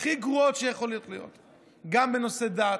הכי גרועות שיכולות להיות, גם בנושא דת,